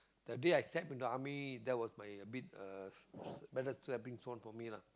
that day I step into army that was my a bit uh better stepping stone for me lah